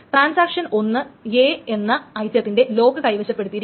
transaction ഒന്ന് A എന്ന ഐറ്റത്തിന്റെ ലോക്ക് കൈവശപ്പെടുത്തിയിരിക്കുന്നു